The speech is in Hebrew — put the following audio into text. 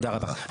תודה רבה.